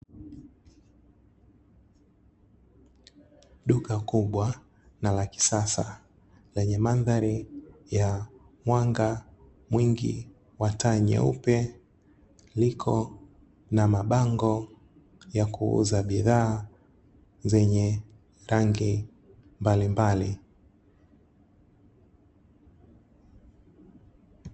Duka kubwa na la kisasa, lenye mandhari ya mwanga mwingi wataa nyeupe liko na mabango ya kuuza bidhaa zenye rangi mbalimbali.